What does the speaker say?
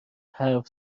حرف